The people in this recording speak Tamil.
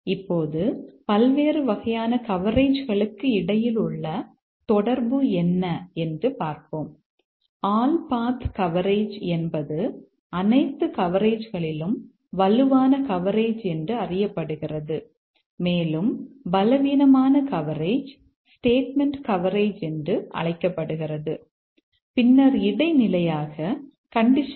இப்போது பல்வேறு வகையான கவரேஜ்களுக்கு இடையில் உள்ள தொடர்பு என்ன என்று பார்ப்போம்